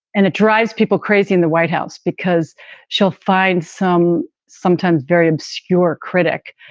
and it drives people crazy in the white house because she'll find some sometimes very obscure critic.